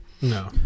no